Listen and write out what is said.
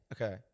Okay